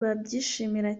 babyishimira